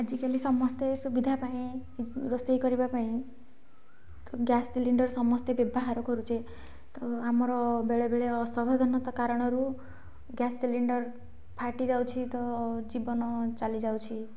ଆଜିକାଲି ସମସ୍ତେ ସୁବିଧାପାଇଁ ରୋଷେଇ କରିବା ପାଇଁ ଗ୍ୟାସ୍ ସିଲିଣ୍ଡର ସମସ୍ତେ ବ୍ୟବହାର କରୁଛେ ତ ଆମର ବେଳେବେଳେ ଅସାବଧାନତା କାରଣରୁ ଗ୍ୟାସ୍ ସିଲିଣ୍ଡର ଫାଟିଯାଉଛି ତ ଜୀବନ ଚାଲିଯାଉଛି